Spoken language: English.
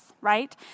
right